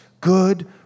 Good